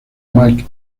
mick